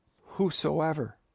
Whosoever